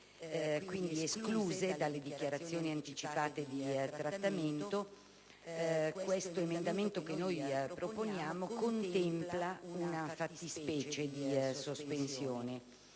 quindi escluse dalle dichiarazioni anticipate di trattamento, questo emendamento contempla una fattispecie di sospensione.